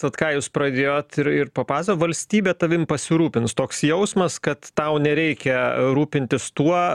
vat ką jūs pradėjot ir ir papas valstybė tavim pasirūpins toks jausmas kad tau nereikia rūpintis tuo